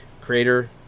Creator